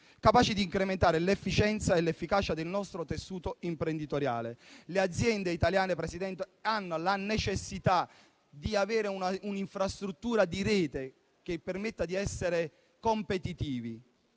capaci di incrementare l'efficienza e l'efficacia del nostro tessuto imprenditoriale. Le aziende italiane hanno la necessità di avere un'infrastruttura di rete che permetta loro di essere competitive.